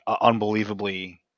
unbelievably